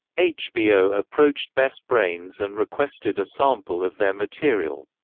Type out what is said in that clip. hbo approached best brains and requested a sample of their material.